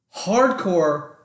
hardcore